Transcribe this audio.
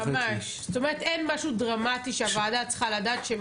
זאת אומרת, אין משהו דרמטי שהוועדה צריכה לדעת.